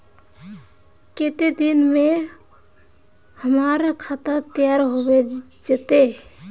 केते दिन में हमर खाता तैयार होबे जते?